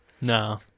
No